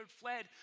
fled